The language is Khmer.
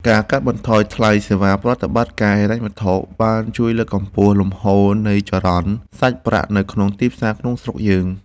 ការកាត់បន្ថយថ្លៃសេវាប្រតិបត្តិការហិរញ្ញវត្ថុបានជួយលើកកម្ពស់លំហូរនៃចរន្តសាច់ប្រាក់នៅក្នុងទីផ្សារក្នុងស្រុករបស់យើង។